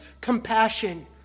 compassion